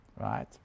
right